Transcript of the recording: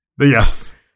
Yes